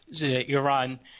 Iran